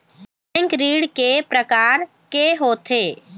Bank ऋण के प्रकार के होथे?